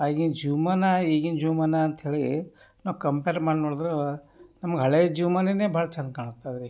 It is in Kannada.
ಆಗಿನ ಜೀವಮಾನ ಈಗಿನ ಜೀವಮಾನ ಅಂತಹೇಳಿ ನಾವು ಕಂಪೇರ್ ಮಾಡಿ ನೋಡಿದ್ರೆ ನಮ್ಗೆ ಹಳೇ ಜೀವ್ಮಾನವೇ ಭಾಳ ಚಂದ ಕಾಣಿಸ್ತದ ರೀ